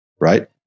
right